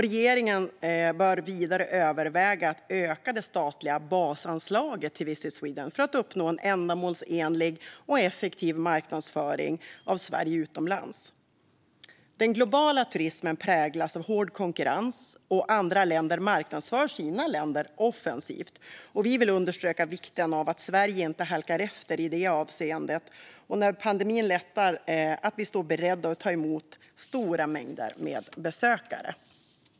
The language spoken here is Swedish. Regeringen bör vidare överväga att öka det statliga basanslaget till Visit Sweden för att uppnå en ändamålsenlig och effektiv marknadsföring av Sverige utomlands. Den globala turismen präglas av hård konkurrens, och andra länder marknadsför sina länder offensivt. Vi vill understryka vikten av att Sverige inte halkar efter i detta avseende, så att vi när pandemin lättar står beredda att ta emot stora mängder besökare.